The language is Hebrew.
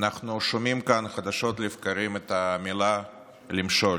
אנחנו שומעים כאן חדשות לבקרים את המילה למשול.